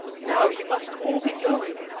now, you must all be going